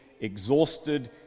exhausted